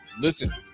listen